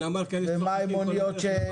ומה עם חברות שלא מוכנות?